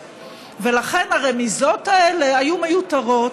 לכן, הרמיזות האלה היו מיותרות.